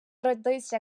родися